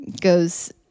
goes